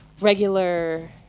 regular